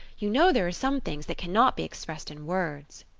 you know there are some things that cannot be expressed in words.